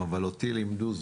אותי לימדו,